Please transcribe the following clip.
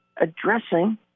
addressing